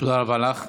תודה רבה לך.